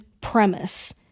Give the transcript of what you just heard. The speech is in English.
premise